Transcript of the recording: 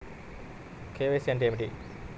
KYC అంటే ఏమిటి?